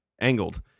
Angled